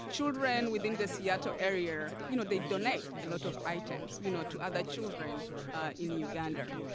children within the seattle area. you know they donate a lot of items you know to other children in uganda.